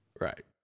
right